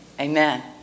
amen